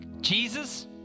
Jesus